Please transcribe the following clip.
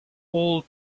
all